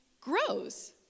grows